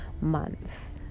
months